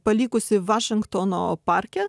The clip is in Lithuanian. palikusi vašingtono parke